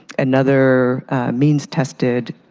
another means tested